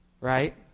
Right